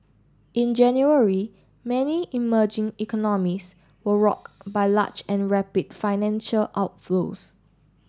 in January many emerging economies were rock by large and rapid financial outflows